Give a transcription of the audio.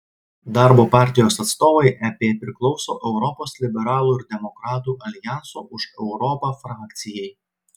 darbo partijos atstovai ep priklauso europos liberalų ir demokratų aljanso už europą frakcijai